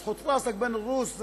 אז חוט ראסכ בין א-רוס,